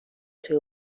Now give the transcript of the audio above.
توی